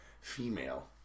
female